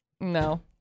no